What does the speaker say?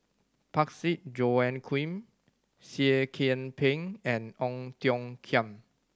Parsick Joaquim Seah Kian Peng and Ong Tiong Khiam